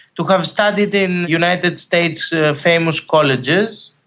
to have studied in united states' famous colleges,